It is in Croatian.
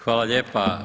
Hvala lijepa.